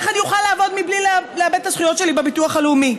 איך אני אוכל לעבוד מבלי לאבד את הזכויות שלי בביטוח הלאומי.